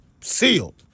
sealed